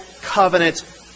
covenant